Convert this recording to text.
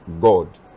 god